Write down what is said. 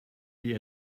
die